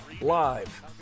live